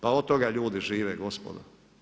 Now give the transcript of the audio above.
Pa od toga ljudi žive, gospodo.